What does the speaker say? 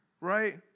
right